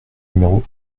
numéro